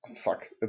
fuck